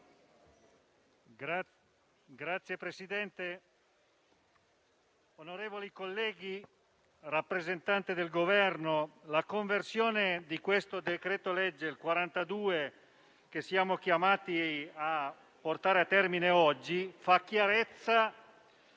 Signor Presidente, onorevoli colleghi, signor rappresentante del Governo, la conversione del decreto-legge n. 42, che siamo chiamati a portare a termine oggi, fa chiarezza